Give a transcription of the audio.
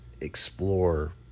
explore